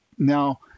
Now